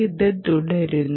ഇത് തുടരുന്നു